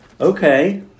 Okay